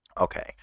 Okay